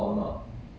six years